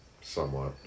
Somewhat